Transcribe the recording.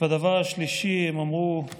והדבר השלישי, הם אמרו: